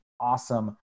awesome